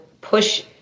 push